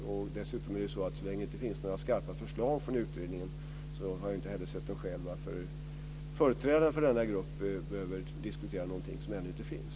Så länge det inte finns några skarpa förslag från utredningen kan jag heller inte se något skäl till att företrädare för denna grupp behöver diskutera något som ännu inte finns.